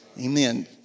amen